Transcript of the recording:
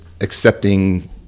accepting